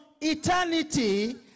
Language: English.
eternity